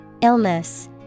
Illness